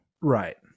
Right